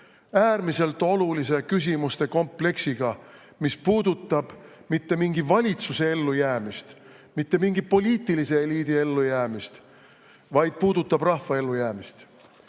äärmiselt olulise küsimuste kompleksiga, mis puudutab mitte mingi valitsuse ellujäämist, mitte mingi poliitilise eliidi ellujäämist, vaid puudutab rahva ellujäämist,